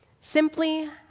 Simply